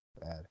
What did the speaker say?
Bad